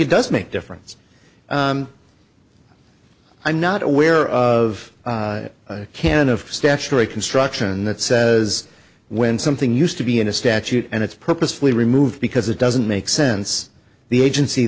it does make a difference i'm not aware of a can of statutory construction that says when something used to be in a statute and it's purposefully removed because it doesn't make sense the agency